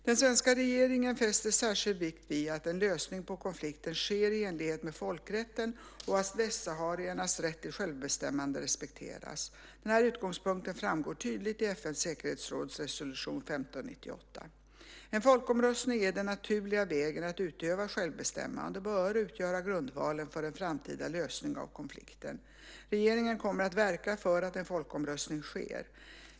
Den svenska regeringen fäster särskild vikt vid att en lösning på konflikten sker i enlighet med folkrätten och att västsahariernas rätt till självbestämmande respekteras. Denna utgångspunkt framgår tydligt i FN:s säkerhetsråds resolution 1598 . En folkomröstning är den naturliga vägen att utöva självbestämmande och bör utgöra grundvalen för en framtida lösning av konflikten. Regeringen kommer att verka för att en folkomröstning sker.